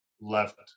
left